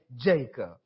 Jacob